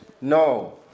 No